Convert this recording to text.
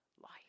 life